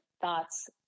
thoughts